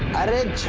i didn't